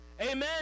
Amen